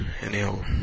Anyhow